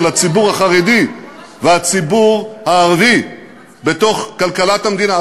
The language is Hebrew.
הציבור החרדי והציבור הערבי בתוך כלכלת המדינה.